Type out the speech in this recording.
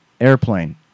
Airplane